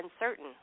uncertain